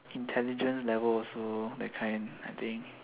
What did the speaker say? intelligence level also that kind I think